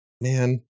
man